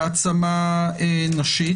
בהעצמה נשית.